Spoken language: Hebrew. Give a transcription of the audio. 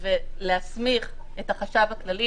ולהסמיך את החשב הכללי.